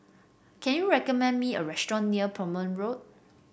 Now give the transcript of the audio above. can you recommend me a restaurant near Plumer Road